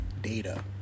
data